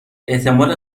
احتمال